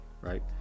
right